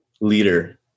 Leader